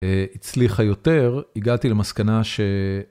הצליחה יותר, הגעתי למסקנה ש...